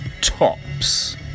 Tops